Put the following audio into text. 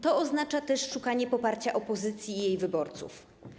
To oznacza też szukanie poparcia opozycji i jej wyborców.